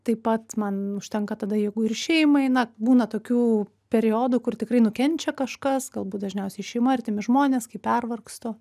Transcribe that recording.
taip pat man užtenka tada jeigu ir šeimai na būna tokių periodų kur tikrai nukenčia kažkas galbūt dažniausiai šeima artimi žmonės kai pervargstu